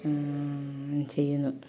ചെയ്യുന്നു